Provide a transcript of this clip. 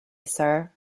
sir